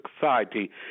society